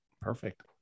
Perfect